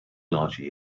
largely